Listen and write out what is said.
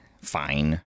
Fine